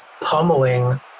pummeling